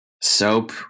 Soap